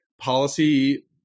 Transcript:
policy